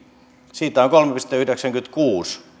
siitä on kolme pilkku yhdeksänkymmentäkuusi